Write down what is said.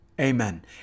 Amen